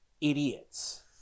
idiots